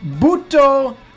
Buto